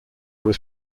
was